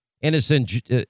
innocent